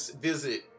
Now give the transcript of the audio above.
visit